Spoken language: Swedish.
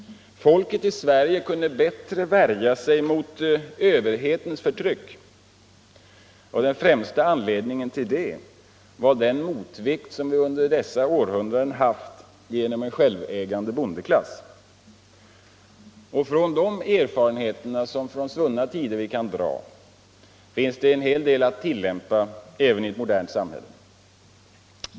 Folket i Sverige kunde bättre värja sig mot överhetens förtryck. Den främsta anledningen var den motvikt vi under dessa århundranden haft genom en självägande bondeklass. En hel del av dessa erfarenheter från svunna tider kan vi tillämpa även i ett modernt samhälle.